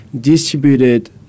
distributed